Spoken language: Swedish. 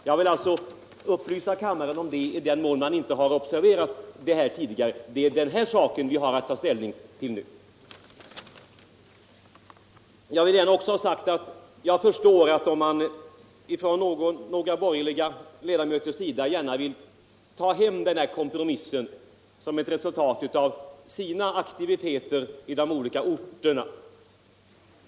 Jag vill upplysa kammarens ledamöter, om de inte observerat det tidigare, att det är den här saken som vi har att ta ställning till nu. Jag vill också gärna ha sagt att jag förstår om man från några borgerliga ledamöters sida gärna vill ta hem den här kompromissen som ett resultat av sina aktiviteter i de olika orterna.